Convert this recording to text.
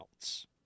else